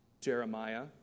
Jeremiah